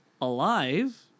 alive